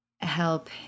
help